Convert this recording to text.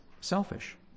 Selfish